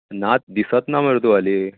नात दिसच ना मरे तूं हालीं